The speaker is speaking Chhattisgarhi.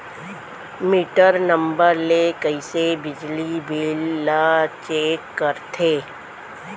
मीटर नंबर ले कइसे बिजली बिल ल चेक करथे?